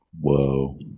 Whoa